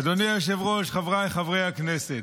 אדוני היושב-ראש, חבריי חברי הכנסת,